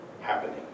happening